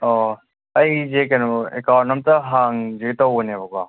ꯑꯧ ꯑꯩꯁꯦ ꯀꯩꯅꯣ ꯑꯦꯛꯀꯥꯎꯟ ꯑꯝꯇ ꯍꯥꯡꯒꯦ ꯇꯧꯕꯅꯦꯕꯀꯣ